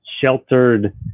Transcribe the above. sheltered